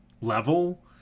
level